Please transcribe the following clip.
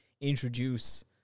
introduce